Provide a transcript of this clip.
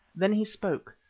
then he spoke,